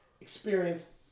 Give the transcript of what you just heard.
experience